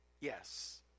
Yes